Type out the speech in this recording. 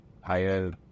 higher